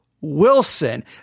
Wilson